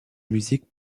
musique